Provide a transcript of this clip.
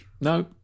No